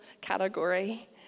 category